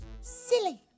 silly